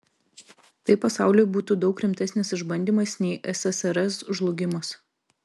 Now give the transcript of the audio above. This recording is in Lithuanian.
tai pasauliui būtų daug rimtesnis išbandymas nei ssrs žlugimas